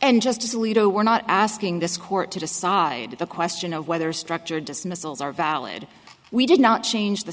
and justice alito we're not asking this court to decide the question of whether structured dismissals are valid we did not change the